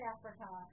Africa